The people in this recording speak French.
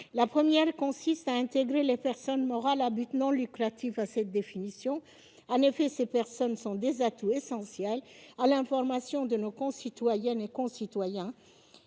La première consiste à intégrer les personnes morales à but non lucratif dans cette définition. En effet, ces personnes sont des atouts essentiels pour l'information de nos concitoyens. Je pense